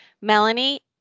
Melanie